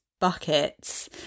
buckets